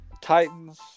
Titans